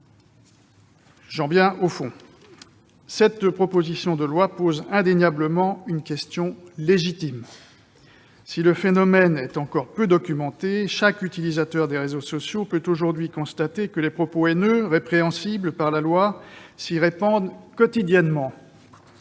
J'en viens au fond. Cette proposition de loi s'attaque indéniablement à une question légitime. Si le phénomène est encore peu documenté, chaque utilisateur des réseaux sociaux peut aujourd'hui constater que les propos haineux répréhensibles s'y répandent quotidiennement.